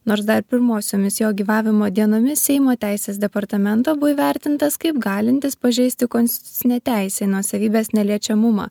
nors dar pirmosiomis jo gyvavimo dienomis seimo teisės departamento buvo įvertintas kaip galintis pažeisti konstitucinę teisę į nuosavybės neliečiamumą